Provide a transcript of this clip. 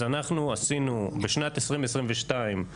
אז אנחנו עשינו בשנת 2022 קיימנו,